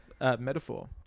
Metaphor